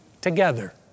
together